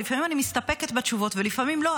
ולפעמים אני מסתפקת בתשובות ולפעמים לא,